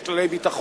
יש כללי ביטחון,